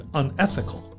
unethical